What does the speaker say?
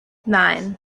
nine